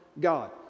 God